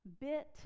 bit